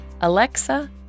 Alexa